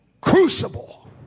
crucible